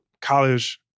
college